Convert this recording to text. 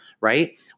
right